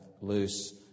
loose